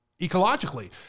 ecologically